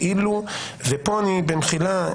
במחילה,